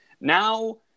Now